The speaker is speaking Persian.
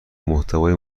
محتوای